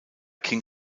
king